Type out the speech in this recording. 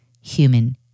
human